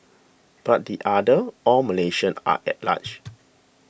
but the others all Malaysians are at large